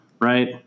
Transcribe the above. right